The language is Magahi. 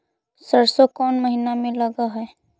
सरसों कोन महिना में लग है?